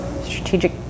strategic